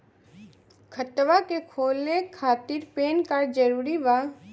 खतवा के खोले खातिर पेन कार्ड जरूरी बा?